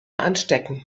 anstecken